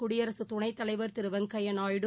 குடியரசுதுணைத்தலைவர் திருவெங்கையாநாயுடு